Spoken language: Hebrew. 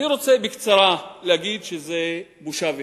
אני רוצה בקצרה להגיד שזה בושה וחרפה.